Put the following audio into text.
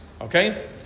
okay